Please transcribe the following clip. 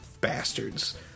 bastards